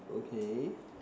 okay